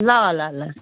ल ल ल